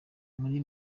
muri